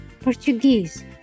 Portuguese